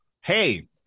hey